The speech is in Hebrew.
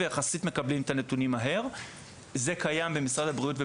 ומקבלים את הנתונים יחסית מהר.